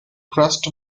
crust